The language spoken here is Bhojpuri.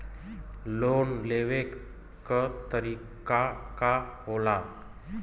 लोन लेवे क तरीकाका होला?